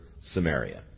Samaria